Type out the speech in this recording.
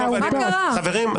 חברים,